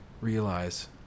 realize